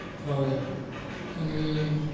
हजुर अनि